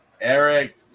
Eric